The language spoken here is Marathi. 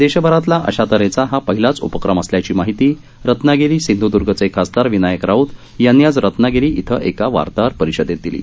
देशभरातला अशा तऱ्हेचा हा पहिलाच उपक्रम आहे अशी माहिती रत्नागिरी सिंधूदर्गचे खासदार विनायक राऊत यांनी आज रत्नागिरी इथं एका वार्ताहर परिषदेत दिली